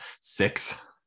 six